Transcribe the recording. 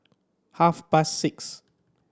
half past six